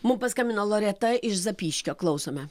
mum paskambino loreta iš zapyškio klausome